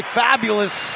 fabulous